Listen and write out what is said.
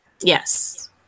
Yes